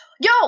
Yo